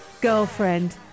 Girlfriend